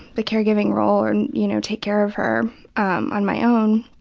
the care giving role and you know take care of her on my own.